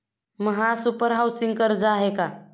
महासुपर हाउसिंग कर्ज आहे का?